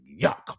yuck